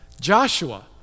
Joshua